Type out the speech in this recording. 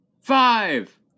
Five